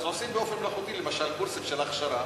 אז עושים באופן מלאכותי למשל קורסים של הכשרה,